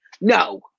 No